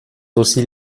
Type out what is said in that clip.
aussi